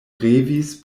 revis